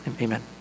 Amen